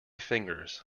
fingers